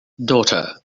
daughter